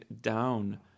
down